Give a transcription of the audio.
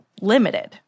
limited